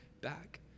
back